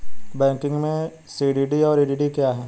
Banking में CDD और EDD क्या हैं?